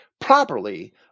Properly